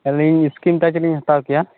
ᱟᱹᱞᱤᱧ ᱤᱥᱠᱤᱱ ᱴᱟᱡ ᱞᱤᱧ ᱦᱟᱛᱟᱣ ᱠᱮᱭᱟ